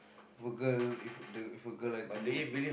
for girl if the for girl I talking